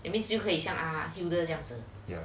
it means 就会想这样子